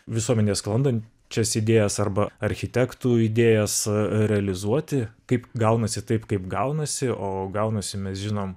visuomenėje sklandančias idėjas arba architektų idėjas realizuoti kaip gaunasi taip kaip gaunasi o gaunasi mes žinom